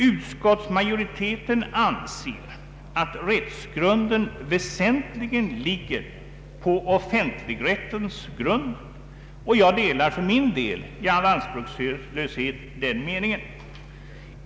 Utskottsmajoriteten anser att rättsgrunden väsentligen ligger på offentligrättens grund, och jag delar för min del i all anspråkslöshet den meningen.